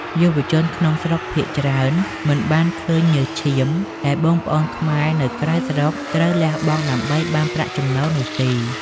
យុវជនក្នុងស្រុកភាគច្រើនមិនបានឃើញ "ញើសឈាម" ដែលបងប្អូនខ្មែរនៅក្រៅស្រុកត្រូវលះបង់ដើម្បីបានប្រាក់ចំណូលនោះទេ។